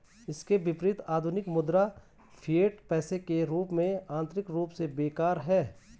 इसके विपरीत, आधुनिक मुद्रा, फिएट पैसे के रूप में, आंतरिक रूप से बेकार है